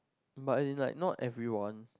but it's like not everyone